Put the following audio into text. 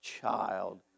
child